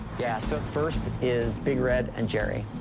yeah. so first is big red and jerry,